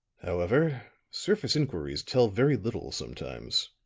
however, surface inquiries tell very little, sometimes.